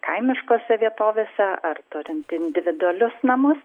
kaimiškose vietovėse ar turint individualius namus